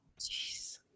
Jeez